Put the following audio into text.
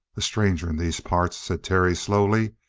a stranger in these parts, said terry slowly,